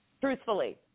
truthfully